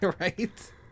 Right